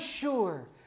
sure